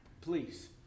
please